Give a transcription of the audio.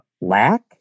lack